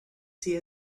see